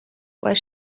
while